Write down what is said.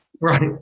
Right